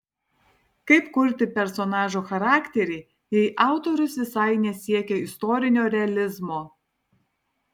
kaip kurti personažo charakterį jei autorius visai nesiekė istorinio realizmo